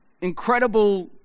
incredible